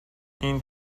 این